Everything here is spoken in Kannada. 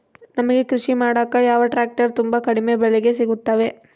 ನಮಗೆ ಕೃಷಿ ಮಾಡಾಕ ಯಾವ ಟ್ರ್ಯಾಕ್ಟರ್ ತುಂಬಾ ಕಡಿಮೆ ಬೆಲೆಗೆ ಸಿಗುತ್ತವೆ?